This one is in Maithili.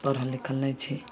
पढ़ल लिखल नहि छी